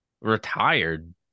Retired